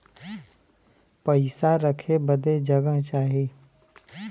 पइसा रखे बदे जगह चाही